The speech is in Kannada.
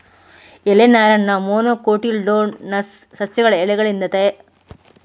ಎಲೆ ನಾರನ್ನ ಮೊನೊಕೊಟಿಲ್ಡೋನಸ್ ಸಸ್ಯಗಳ ಎಲೆಗಳಿಂದ ಪಡೆಯಲಾಗಿದ್ದು ಮುಖ್ಯವಾಗಿ ಹಗ್ಗಕ್ಕಾಗಿ ಬಳಸ್ತಾರೆ